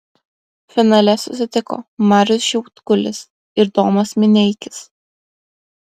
finale susitiko marius šiaudkulis ir domas mineikis